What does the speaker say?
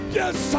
yes